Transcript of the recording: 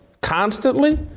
constantly